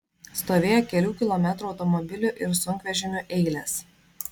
stovėjo kelių kilometrų automobilių ir sunkvežimių eilės